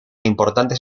importantes